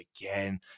again